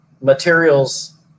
materials